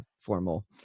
formal